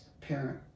parent